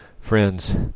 Friends